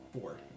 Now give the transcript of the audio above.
Four